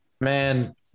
Man